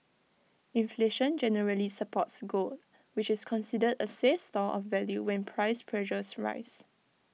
inflation generally supports gold which is considered A safe store of value when price pressures rise